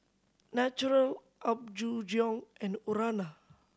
Naturel Apgujeong and Urana